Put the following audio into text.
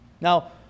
now